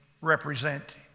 represent